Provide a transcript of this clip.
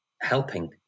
helping